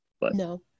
No